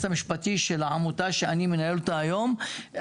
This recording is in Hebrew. המשפטי של העמותה שאני מנהל אותה היום,